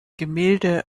gemälde